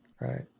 right